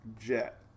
jet